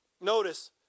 Notice